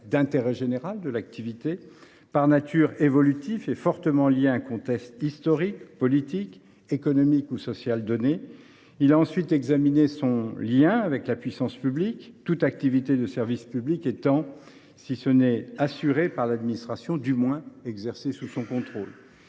d’intérêt général de l’activité, par nature évolutif et fortement lié à un contexte historique, politique, économique ou social donné. Il a ensuite examiné son lien avec la puissance publique, toute activité de service public étant sinon assurée par l’administration, du moins exercée sous son contrôle.